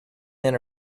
men